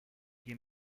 you